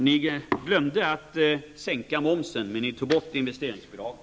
Ni glömde att sänka momsen, men ni tog bort investeringsbidragen.